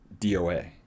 DOA